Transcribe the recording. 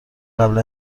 قبلا